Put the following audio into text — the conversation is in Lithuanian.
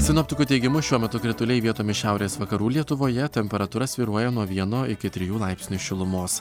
sinoptikų teigimu šiuo metu krituliai vietomis šiaurės vakarų lietuvoje temperatūra svyruoja nuo vieno iki trijų laipsnių šilumos